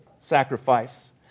sacrifice